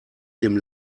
dem